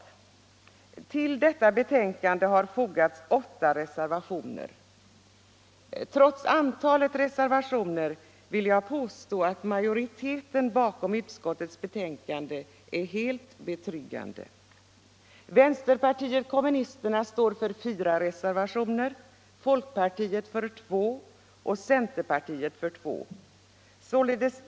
Till betänkandet har fogats åtta reservationer. Trots antalet reservationer vill jag påstå att majoriteten bakom utskottets betänkande är helt betryggande. Vänsterpartiet kommunisterna står för fyra reservationer, folkpartiet för två och centerpartiet för två.